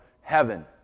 heaven